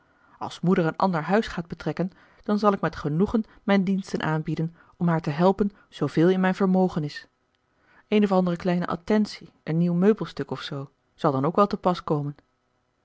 als moeder een ander huis gaat betrekken dan zal ik met genoegen mijn diensten aanbieden om haar te helpen zooveel in mijn vermogen is een of andere kleine attentie een nieuw meubelstuk of zoo zal dan ook wel te pas komen